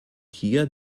hier